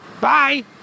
Bye